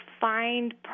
find